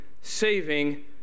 saving